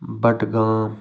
Budgam